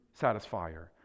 satisfier